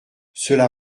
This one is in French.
cela